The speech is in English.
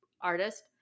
artist